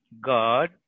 God